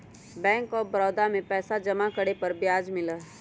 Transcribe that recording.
bank of Baroda में पैसा जमा करे पर ब्याज मिला हई